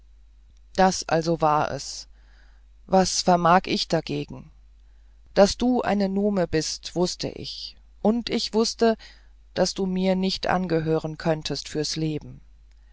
das also war es was vermag ich dagegen daß du eine nume bist wußte ich und ich wußte daß du mir nicht angehören könntest fürs leben